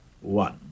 one